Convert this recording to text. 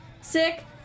sick